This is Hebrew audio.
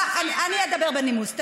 אני לא בורח, אורלי.